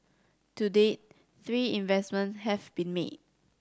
to date three investments have been made